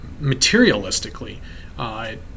materialistically